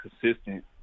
consistent